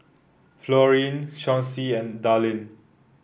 Florine Chauncy and Dallin